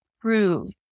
prove